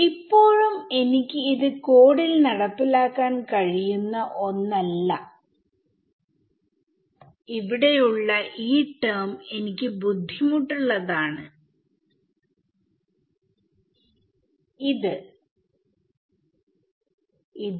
ഇപ്പോഴും എനിക്ക് ഇത് കോഡിൽ നടപ്പിലാക്കാൻ കഴിയുന്ന ഒന്നല്ല ഇവിടെ ഉള്ള ഈ ടെർമ് എനിക്ക് ബുദ്ധിമുട്ടുള്ളതാണ് ഇത്